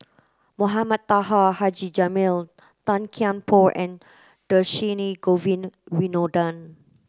Mohamed Taha Haji Jamil Tan Kian Por and Dhershini Govin Winodan